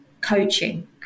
coaching